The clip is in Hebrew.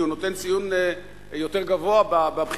כי הוא נותן ציון יותר גבוה בבחירה